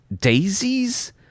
daisies